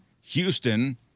Houston